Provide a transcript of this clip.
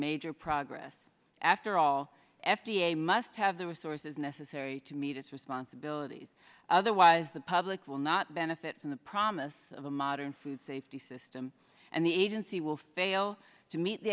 major progress after all f the a must have the resources necessary to meet its responsibilities otherwise the public will not benefit from the promise of a modern food safety system and the agency will fail to meet the